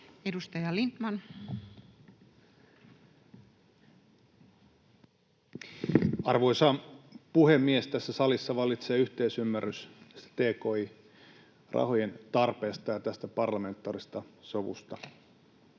14:32 Content: Arvoisa puhemies! Tässä salissa vallitsee yhteisymmärrys tki-rahojen tarpeesta ja tästä parlamentaarisesta sovusta.